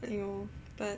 !aiyo! but